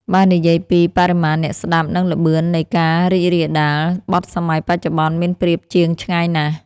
បើនិយាយពី បរិមាណអ្នកស្ដាប់ និង ល្បឿននៃការរីករាលដាល បទសម័យបច្ចុប្បន្នមានប្រៀបជាងឆ្ងាយណាស់